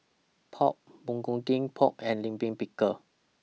Pork Bulgogi Pho and Lime Pickle